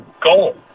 goal